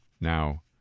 now